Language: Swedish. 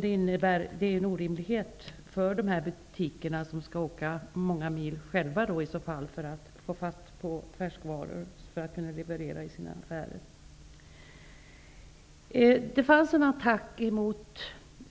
Det är en orimlighet att personal vid dessa butiker själva måste åka många mil för att få tag i färskvaror att leverera i sina affärer. Det var en attack mot